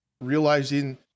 realizing